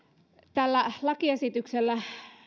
tällä lakiesityksellä